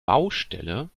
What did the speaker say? baustelle